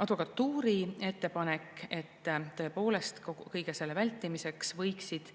advokatuuri ettepanek, et tõepoolest, kõige selle vältimiseks võiksid